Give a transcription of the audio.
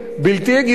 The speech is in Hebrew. בלתי מוצדק,